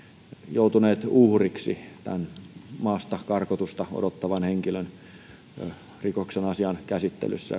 joutuneet tämän maastakarkotusta odottavan henkilön uhriksi rikoksen käsittelyssä